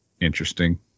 interesting